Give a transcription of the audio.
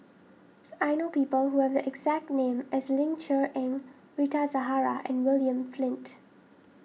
I know people who have the exact name as Ling Cher Eng Rita Zahara and William Flint